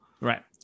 Right